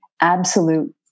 absolute